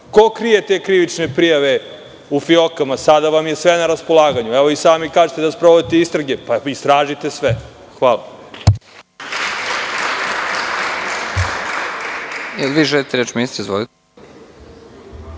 Ko krije te krivične prijave u fijokama? Sada vam je sve na raspolaganju. I sami kažete da sprovodite istrage - istražite sve. Hvala.